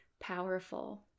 powerful